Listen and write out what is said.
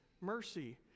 mercy